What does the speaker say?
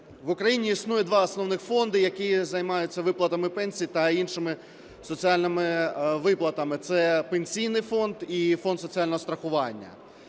В Україні існує два основних фонди, які займаються виплатами пенсій та іншими соціальними виплатами – це Пенсійний фонд і Фонд соціального страхування.